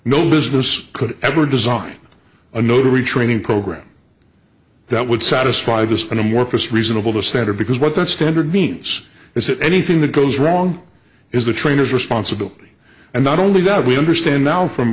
no business could ever design a notary training program that would satisfy this kind of work is reasonable to standard because what that standard means is that anything that goes wrong is the trainer's responsibility and not only that we understand now from